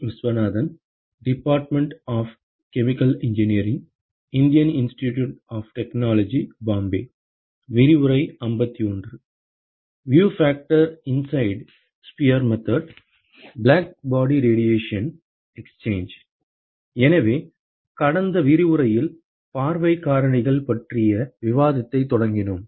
view factor inside sphere method blackbody radiation exchange எனவே கடந்த விரிவுரையில் பார்வைக் காரணிகள் பற்றிய விவாதத்தைத் தொடங்கினோம்